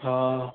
हा